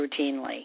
routinely